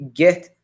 get